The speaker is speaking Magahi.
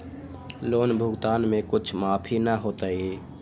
लोन भुगतान में कुछ माफी न होतई?